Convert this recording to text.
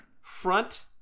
Front